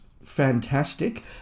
fantastic